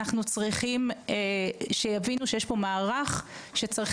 אנחנו צריכים שיבינו שיש פה מערך שצריך